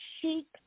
sheep